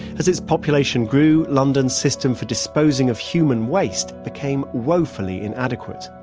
as its population grew, london's system for disposing of human waste became woefully inadequate.